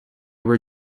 were